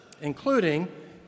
including